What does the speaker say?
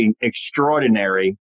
extraordinary